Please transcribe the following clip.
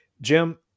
Jim